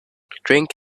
drink